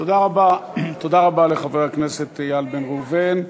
תודה רבה לחבר הכנסת אייל בן ראובן.